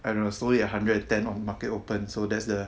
I don't know sold it at hundred and ten on market open so that's the